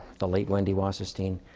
the late wendy wasserstein